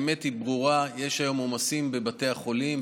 האמת היא ברורה: יש היום עומסים בבתי החולים,